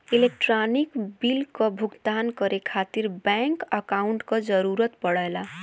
electronic bill क भुगतान करे खातिर बैंक अकांउट क जरूरत पड़ला